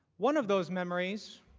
one of those memories